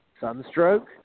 sunstroke